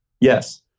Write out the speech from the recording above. Yes